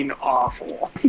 awful